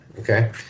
Okay